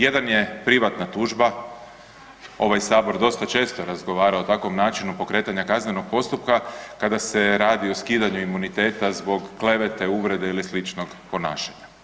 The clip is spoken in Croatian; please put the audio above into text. Jedan je privatna tužba, ovaj Sabor dosta često razgovara o takvom načinu pokretanja kaznenog postupka kada se radi o skidanju imuniteta zbog klevete, uvrede ili sličnog ponašanja.